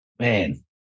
man